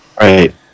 Right